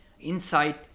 Insight